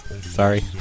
Sorry